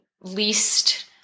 least